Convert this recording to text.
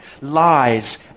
lies